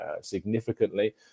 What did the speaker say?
significantly